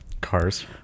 Cars